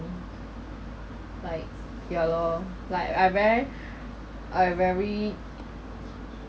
like ya lor like I ver~ I very